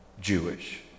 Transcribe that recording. Jewish